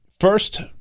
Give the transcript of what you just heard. first